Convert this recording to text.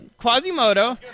Quasimodo